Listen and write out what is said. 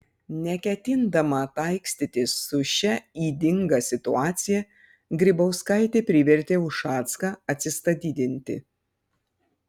neketindama taikstytis su šia ydinga situacija grybauskaitė privertė ušacką atsistatydinti